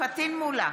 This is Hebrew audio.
פטין מולא,